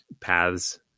paths